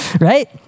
right